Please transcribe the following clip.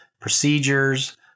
procedures